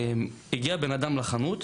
הגיע בן אדם לחנות.